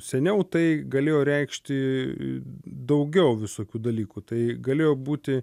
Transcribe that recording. seniau tai galėjo reikšti daugiau visokių dalykų tai galėjo būti